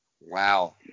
Wow